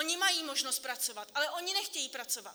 Oni mají možnost pracovat, ale oni nechtějí pracovat.